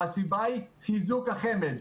הסיבה היא חיזוק החמ"ד.